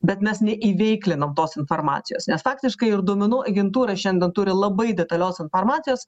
bet mes neįveiklinam tos informacijos nes faktiškai ir duomenų agentūra šiandien turi labai detalios informacijos